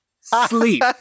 Sleep